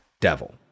Devil